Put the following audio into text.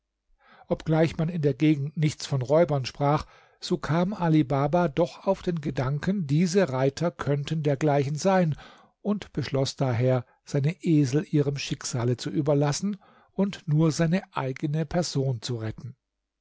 obgleich man in der gegend nichts von räubern sprach so kam ali baba doch auf den gedanken diese reiter könnten dergleichen sein und beschloß daher seine esel ihrem schicksale zu überlassen und nur seine eigene person zu retten